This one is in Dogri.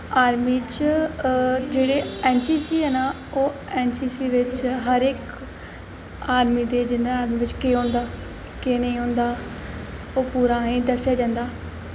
आर्मी च जेह्ड़े एन सी सी ऐ ना ओह् एन सी सी बिच हर इक आर्मी ते जि'यां आर्मी बिच केह् होंदा केह् नेईं होंदा ओह् पूरा असें गी दस्सेआ जंदा